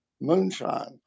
moonshine